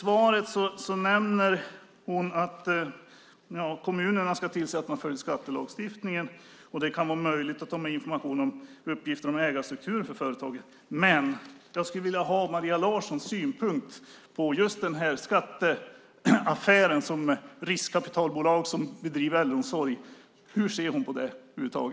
I sitt svar nämnde hon att kommunerna ska följa skattelagstiftningen, och det kan vara möjligt att ta med information om uppgifter om ägarstrukturen för företaget. Men jag skulle vilja höra Maria Larssons synpunkt över huvud taget på riskkapitalbolag som bedriver äldreomsorg.